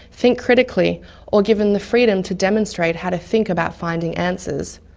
think critically or given the freedom to demonstrate how to think about finding answers.